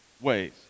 ways